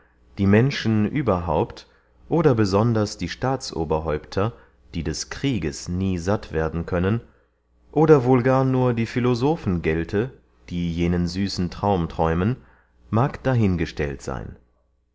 die menschen überhaupt oder besonders die staatsoberhäupter die des krieges nie satt werden können oder wohl gar nur die philosophen gelte die jenen süßen traum träumen mag dahin gestellt seyn